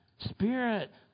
Spirit